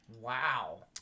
Wow